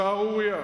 שערורייה.